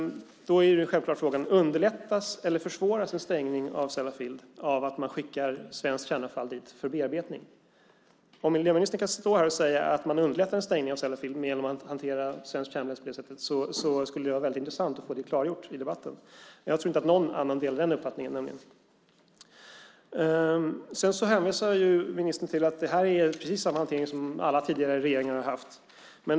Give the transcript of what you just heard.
Då är frågan: Underlättas eller försvåras en stängning av Sellafield av att man skickar dit svenskt kärnavfall för bearbetning? Om miljöministern kan säga att man underlättar en stängning av Sellafield genom att de hanterar svenskt kärnavfall vore det intressant att få det klargjort i debatten. Jag tror inte att någon delar den uppfattningen. Ministern hänvisar till att det här är precis samma hantering som alla tidigare regeringar har haft.